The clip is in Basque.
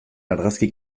argazki